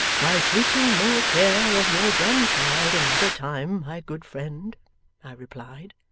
by taking more care of your grandchild another time, my good friend i replied.